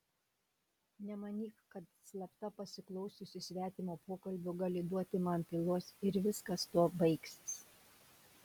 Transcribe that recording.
nemanyk kad slapta pasiklausiusi svetimo pokalbio gali duoti man pylos ir viskas tuo baigsis